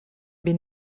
been